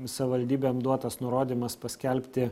savivaldybėm duotas nurodymas paskelbti